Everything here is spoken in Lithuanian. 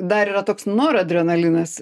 dar yra toks noradrenalinas